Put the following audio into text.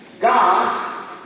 God